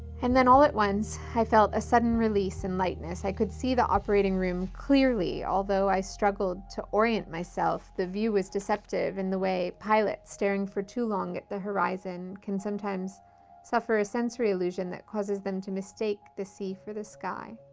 and then all at once, i felt a sudden release and lightness. i could see the operating room clearly, although i struggled to orient myself. the view was deceptive, in the way pilots staring for too long at the horizon can sometimes suffer a sensory illusion that causes them to mistake the sea for the sky.